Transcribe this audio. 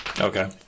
Okay